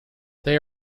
they